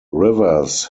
rivers